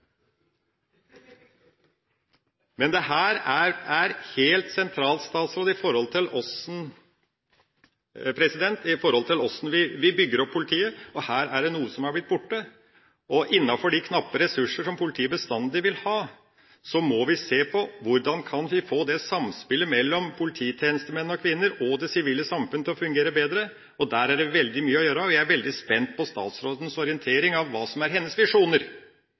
er helt sentralt i forhold til hvordan vi bygger opp politiet, og her er det noe som har blitt borte. Innenfor de knappe ressurser som politiet bestandig vil ha, må vi se på hvordan vi kan få samspillet mellom polititjenestemenn og -kvinner og det sivile samfunn til å fungere bedre, og der er det veldig mye å gjøre. Jeg er veldig spent på statsrådens orientering, hva som er hennes visjoner